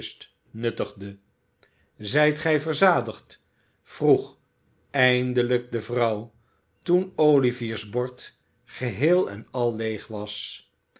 nuttigde zijt gij verzadigd vroeg eindelijk de vrouw toen olivier's bord geheel en al leeg was